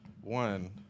one